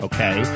Okay